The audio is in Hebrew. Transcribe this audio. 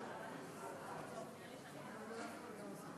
38. הצעת